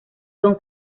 son